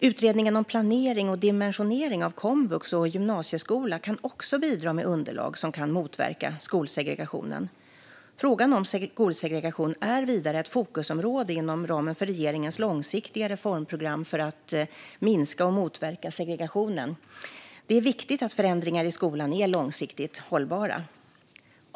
Utredningen om planering och dimensionering av komvux och gymnasieskola kan också bidra med underlag som kan motverka skolsegregationen. Frågan om skolsegration är vidare ett fokusområde inom ramen för regeringens långsiktiga reformprogram för att minska och motverka segregation. Det är viktigt att förändringar i skolan är långsiktigt hållbara.